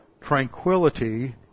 tranquility